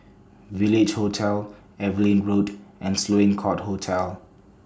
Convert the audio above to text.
Village Hotel Evelyn Road and Sloane Court Hotel